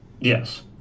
Yes